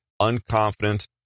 unconfident